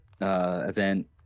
event